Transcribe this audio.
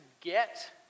get